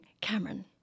Cameron